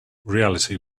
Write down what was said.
reality